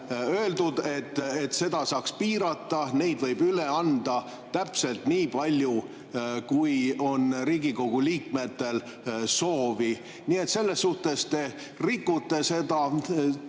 öeldud, et seda saaks piirata, neid võib üle anda täpselt nii palju, kui Riigikogu liikmetel soovi on. Nii et selles suhtes te rikute seda